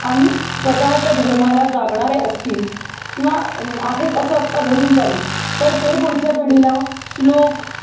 आणि स्वतःच्या धर्माला जागणारे असतील किंवा आहेत असं आता धरून चालू तर ते पुढच्या पिढीला श्लोक